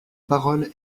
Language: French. parole